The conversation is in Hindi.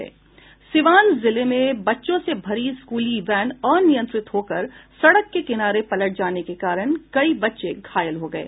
सीवान जिले में बच्चों से भरी स्कूली वैन अनियंत्रित होकर सड़क के किनारे पलट जाने के कारण कई बच्चे घायल हो गये